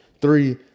three